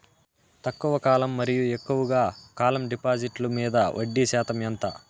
తక్కువ కాలం మరియు ఎక్కువగా కాలం డిపాజిట్లు మీద వడ్డీ శాతం ఎంత?